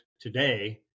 Today